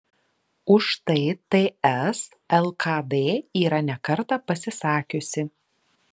už tai ts lkd yra ne kartą pasisakiusi